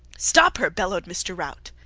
stop her! bellowed mr. rout.